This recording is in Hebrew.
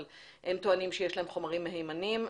אבל הם טוענים שיש להם חומרים מהימנים.